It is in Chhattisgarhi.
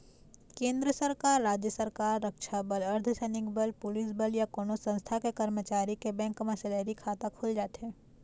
केंद्र सरकार, राज सरकार, रक्छा बल, अर्धसैनिक बल, पुलिस बल या कोनो संस्थान के करमचारी के बेंक म सेलरी खाता खुल जाथे